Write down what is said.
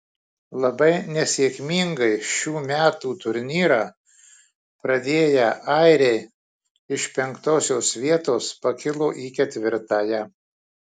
labai nesėkmingai šių metų turnyrą pradėję airiai iš penktosios vietos pakilo į ketvirtąją